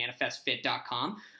ManifestFit.com